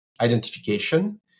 identification